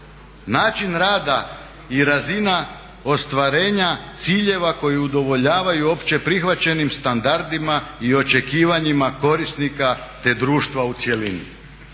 način rada i razina ostvarenja ciljeva koji udovoljavaju opće prihvaćenim standardima i očekivanjima korisnika te društva u cjelini.